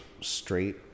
straight